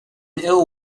ill